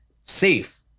safe